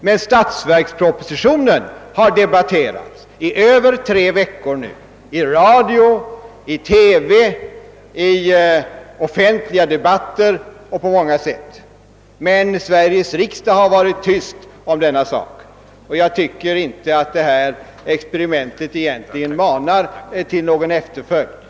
Men statsverkspropositionen har debatterats i över tre veckor nu — i radio, i TV, i offentliga debatter och på många andra sätt. Sveriges riksdag har emellertid hållit tyst om den, och jag tycker inte att detta experiment manar till efterföljd.